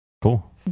Cool